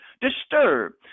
disturbed